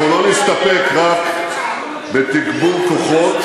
אנחנו לא נסתפק רק בתגבור כוחות